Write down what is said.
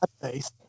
face